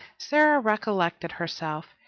sara recollected herself.